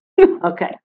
Okay